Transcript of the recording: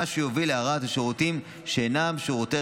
מה שיוביל להרעת השירותים שאינם שירותי